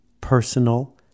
personal